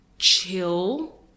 Chill